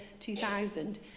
2000